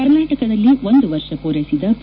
ಕರ್ನಾಟಕದಲ್ಲಿ ಒಂದು ವರ್ಷ ಪೂರ್ವೆಸಿದ ಬಿ